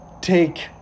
take